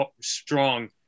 strong